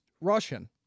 Russian